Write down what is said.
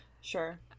Sure